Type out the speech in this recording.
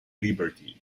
liberty